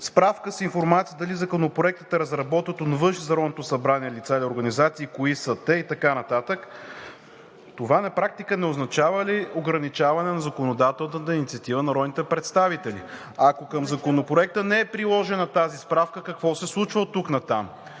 справка с информация дали Законопроектът е разработен от външни за Народното събрание лица и организации, кои са те и така нататък? Това на практика не означава ли ограничаване на законодателната инициатива на народните представители? Ако към Законопроекта не е приложена тази справка, какво се случва оттук-натам?